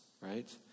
right